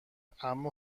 اما